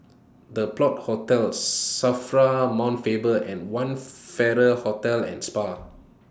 The Plot Hostels SAFRA Mount Faber and one Farrer Hotel and Spa